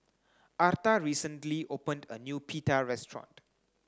Arta recently opened a new Pita restaurant